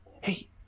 hey